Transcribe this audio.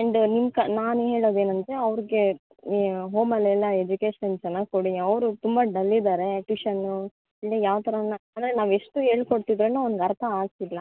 and ನಿಮ್ಮ ಕ ನಾನು ಹೇಳೋದೆನಂದರೆ ಅವ್ರಿಗೆ ಹೋಮಲ್ಲೆಲ್ಲ ಎಜುಕೇಶನ್ಸ್ ಎಲ್ಲ ಕೊಡಿ ಅವರು ತುಂಬ ಡಲ್ಲಿದಾರೆ ಟ್ಯೂಷನ್ನು ಅಂದರೆ ಯಾವ ಥರ ಅಂದರೆ ನಾವು ಎಷ್ಟು ಹೇಳ್ಕೊಟ್ಟಿದ್ರು ಅವ್ನ್ಗೆ ಅರ್ಥ ಆಗ್ತಿಲ್ಲ